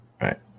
right